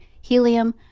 helium